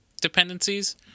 dependencies